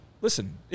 listen